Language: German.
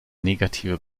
negative